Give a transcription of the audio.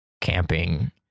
camping